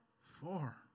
Four